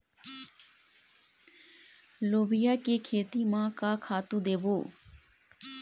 लोबिया के खेती म का खातू देबो?